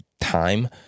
time